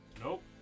Nope